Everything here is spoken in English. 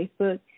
Facebook